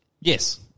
Yes